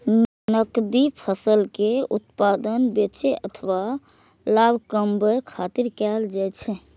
नकदी फसल के उत्पादन बेचै अथवा लाभ कमबै खातिर कैल जाइ छै